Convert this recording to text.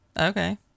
Okay